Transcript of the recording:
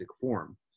form